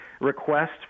request